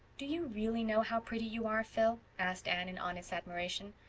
do you really know how pretty you are, phil? asked anne, in honest admiration.